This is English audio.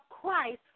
Christ